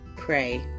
pray